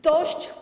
Dość.